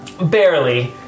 Barely